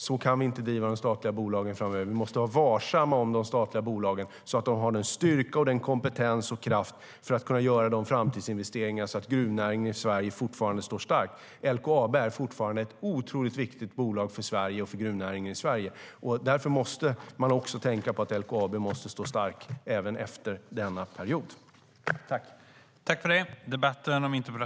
Så kan vi inte driva de statliga bolagen framöver. Vi måste vara varsamma om de statliga bolagen så att de får den styrka, kompetens och kraft som behövs för att göra framtidsinvesteringar så att gruvnäringen i Sverige fortsätter att stå stark. LKAB är fortfarande ett otroligt viktigt bolag för gruvnäringen i Sverige. Därför måste LKAB stå starkt även efter denna period.